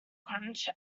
crunch